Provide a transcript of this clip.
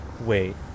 Wait